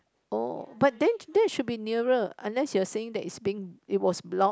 oh but then then it should be nearer unless you are saying that it's being it was blocked